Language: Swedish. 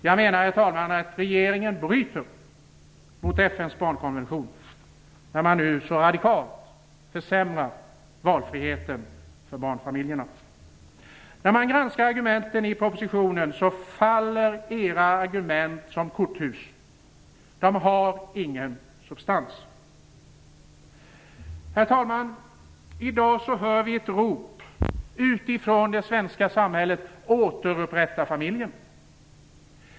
Jag menar, herr talman, att regeringen bryter mot FN:s barnkonvention när man nu så radikalt försämrar valfriheten för barnfamiljerna. När man granskar argumenten i propositionen finner man att era argument faller som korthus, De har ingen substans. Herr talman! I dag hör vi ett rop utifrån det svenska samhället: Återupprätta familjen!